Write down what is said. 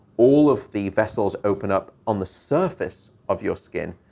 all of the vessels open up on the surface of your skin.